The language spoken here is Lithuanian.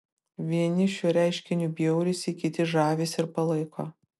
vieni šiuo reiškiniu bjaurisi kiti žavisi ir palaiko